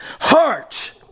heart